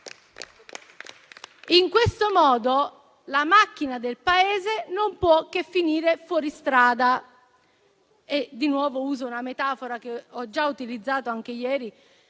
In questo modo la macchina del Paese non può che finire fuori strada.